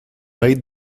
made